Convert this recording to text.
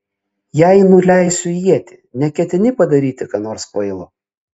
jei nuleisiu ietį neketini padaryti ką nors kvailo